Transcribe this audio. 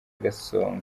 gasongo